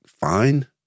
fine